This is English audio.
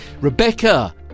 Rebecca